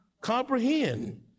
Comprehend